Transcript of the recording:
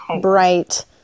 bright